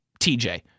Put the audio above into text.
TJ